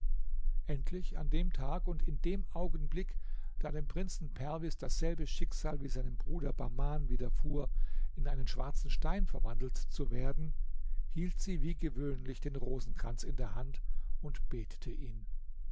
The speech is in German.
endlich an dem tag und in dem augenblick da dem prinzen perwis dasselbe schicksal wie seinem bruder bahman wiederfuhr in einen schwarzen stein verwandelt zu werden hielt sie wie gewöhnlich den rosenkranz in der hand und betete ihn